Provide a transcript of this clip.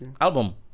Album